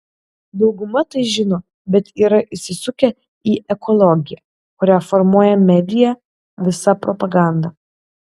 dauguma tai žino bet yra įsisukę į ekologiją kurią formuoja medija visa propaganda